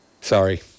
Sorry